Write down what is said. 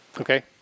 okay